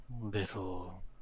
little